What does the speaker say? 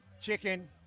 chicken